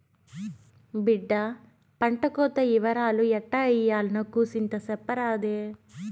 బిడ్డా పంటకోత ఇవరాలు ఎట్టా ఇయ్యాల్నో కూసింత సెప్పరాదే